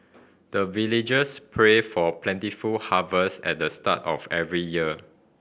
the villagers pray for plentiful harvest at the start of every year